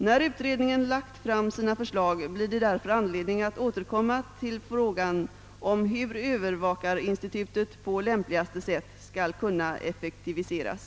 När utredningen lagt fram sina förslag blir det därför anledning att återkomma till frågan om hur Öövervakarinstitutet på lämpligaste sätt skall kunna effektiviseras.